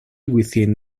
within